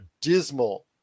dismal